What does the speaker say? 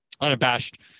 unabashed